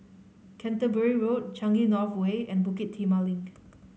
Canterbury Road Changi North Way and Bukit Timah Link